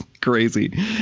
crazy